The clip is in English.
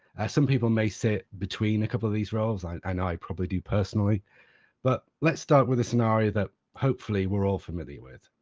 some people may sit between a couple of these roles i know and i probably do personally but lets start with a scenario that hopefully we're all familiar with.